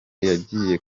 yagiye